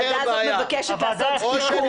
הוועדה הזאת מבקשת לעשות תיקון,